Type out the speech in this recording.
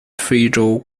非洲